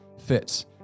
fits